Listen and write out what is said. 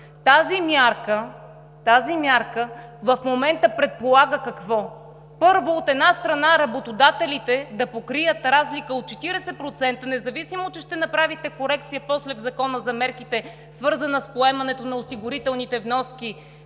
Тази мярка в момента предполага какво – първо, от една страна, работодателите да покрият разлика от 40%, независимо, че ще направите корекция после в Закона за мерките, свързана с поемането на осигурителните вноски